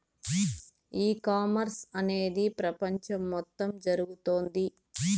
e commerce అనేది ప్రపంచం మొత్తం జరుగుతోంది